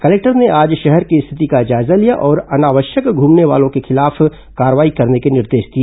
collector ने आज शहर में स्थिति का जायजा लिया और अनावश्यक घूमने वालों के खिलाफ कार्रवाई करने के निर्देश दिए